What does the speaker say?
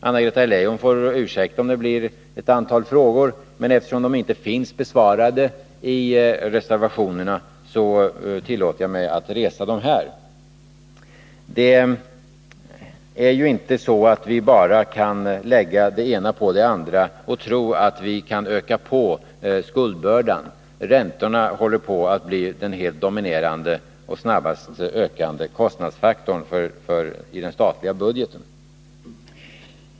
Anna-Greta Leijon får ursäkta om det blir ett antal frågor, men eftersom de inte finns besvarade i reservationerna tillåter jag mig att resa dem här. Det är inte så att vi bara kan lägga det ena på det andra och tro att vi kan öka på skuldbördan. Räntorna håller på att bli den helt dominerande och snabbast ökande kostnadsfaktorn i den statliga budgeten.